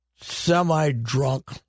semi-drunk